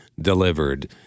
delivered